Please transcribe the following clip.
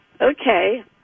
Okay